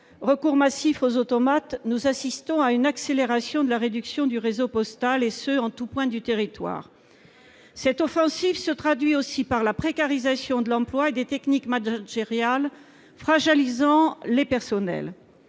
recours massif aux automates ... Nous assistons à une accélération de la réduction du réseau postal, et cela en tout point du territoire. C'est vrai ! Cette offensive se traduit aussi par la précarisation de l'emploi et par des techniques managériales fragilisant les personnels.